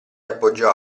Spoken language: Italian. appoggiò